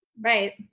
right